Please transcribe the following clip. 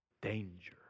danger